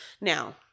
now